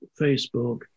Facebook